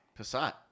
Passat